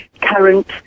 current